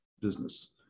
business